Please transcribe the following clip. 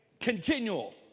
Continual